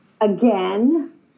again